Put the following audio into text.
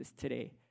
today